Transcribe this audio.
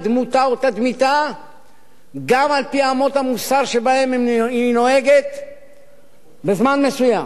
את דמותה או את תדמיתה גם על-פי אמות המוסר שבהן היא נוהגת בזמן מסוים.